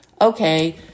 okay